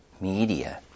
Media